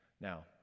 Now